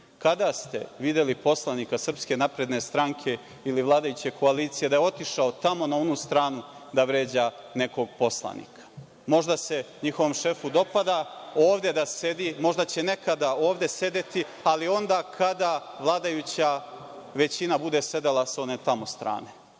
Kada ste videli poslanika SNS ili vladajuće koalicije da je otišao tamo na onu stranu da vređa nekog poslanika? Možda se njihovom šefu dopada ovde da sedi, možda će nekada ovde sedeti, ali onda kada vladajuća većina bude sedela sa one tamo strane.O